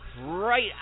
right